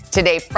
Today